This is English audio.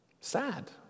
Sad